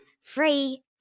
Free